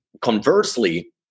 conversely